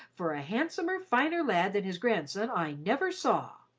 for a handsomer, finer lad than his grandson i never saw!